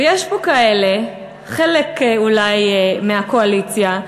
ויש פה כאלה, חלק אולי מהקואליציה,